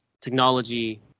technology